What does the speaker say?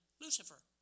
Lucifer